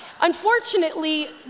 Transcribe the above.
Unfortunately